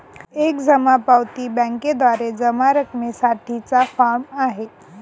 एक जमा पावती बँकेद्वारे जमा रकमेसाठी चा फॉर्म आहे